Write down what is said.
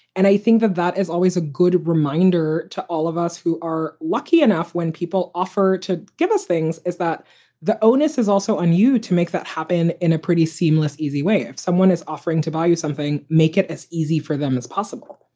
and i think that that is always a good reminder to all of us who are lucky enough when people offer to give us things. is that the onus is also on you to make that happen in a pretty seamless, easy way if someone is offering to buy you something. make it as easy for them as possible.